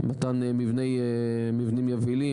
מתן מבנים יבילים,